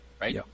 right